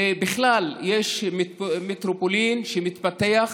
ובכלל יש מטרופולין שמתפתח,